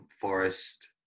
Forest